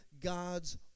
God's